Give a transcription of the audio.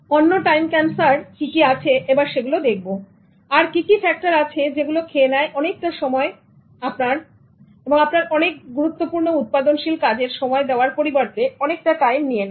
অন্য time cancer কি কি আছে সময় আর কি কি ফ্যাক্টর আছে যেগুলো খেয়ে নেয় অনেকটা সময় আপনাকে বা আপনার অনেক গুরুত্বপূর্ণ উৎপাদনশীল কাজের সময় দেওয়ার পরিবর্তে অনেকটা টাইম নিয়ে নেয়